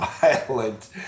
violent